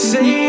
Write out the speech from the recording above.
Say